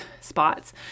spots